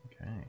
okay